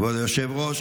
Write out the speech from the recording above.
כבוד היושב-ראש,